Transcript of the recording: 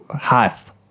half